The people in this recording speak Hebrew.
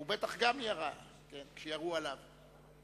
גם הוא בטח ירה כשירו עליו.